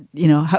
you know.